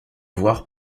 voir